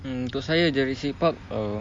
mm untuk saya jurassic park uh